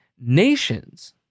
nations